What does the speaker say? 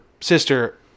sister